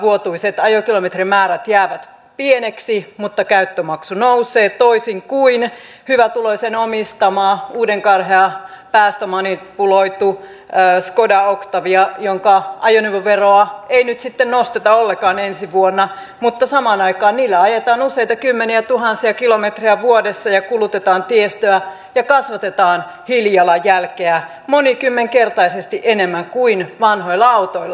vuotuiset ajokilometrimäärät jäävät pieniksi mutta käyttömaksu nousee toisin kuin hyvätuloisen omistamassa uudenkarheassa päästömanipuloidussa skoda octaviassa jonka ajoneuvoveroa ei nyt sitten nosteta ollenkaan ensi vuonna mutta samaan aikaan niillä ajetaan useita kymmeniä tuhansia kilometrejä vuodessa ja kulutetaan tiestöä ja kasvatetaan hiilijalanjälkeä monikymmenkertaisesti enemmän kuin vanhoilla autoilla